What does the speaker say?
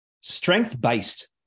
strength-based